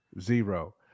Zero